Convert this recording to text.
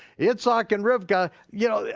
yitzhak and rivkah, you know, yeah